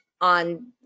on